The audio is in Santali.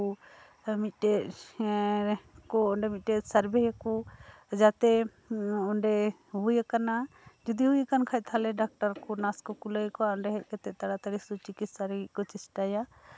ᱢᱤᱫᱴᱮᱱ ᱠᱳ ᱚᱸᱰᱮ ᱢᱤᱫᱴᱮᱱ ᱥᱟᱨᱵᱷᱮᱭᱟᱠᱚ ᱡᱟᱛᱮ ᱚᱸᱰᱮ ᱦᱩᱭ ᱟᱠᱟᱱᱟ ᱡᱩᱫᱤ ᱦᱩᱭ ᱟᱠᱟᱱ ᱠᱷᱟᱱ ᱛᱟᱦᱚᱞᱮ ᱰᱟᱠᱛᱟᱨ ᱠᱚ ᱱᱟᱨᱥ ᱠᱚᱠᱚ ᱞᱟᱹᱭ ᱟᱠᱚᱣᱟ ᱚᱸᱰᱮ ᱦᱮᱡ ᱠᱟᱛᱮᱫ ᱛᱟᱲᱟ ᱛᱟᱲᱤ ᱥᱩᱼᱪᱤᱠᱤᱛᱥᱟ ᱞᱟᱹᱜᱤᱫ ᱠᱚ ᱪᱮᱥᱴᱟᱭᱟ